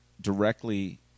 directly